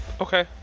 Okay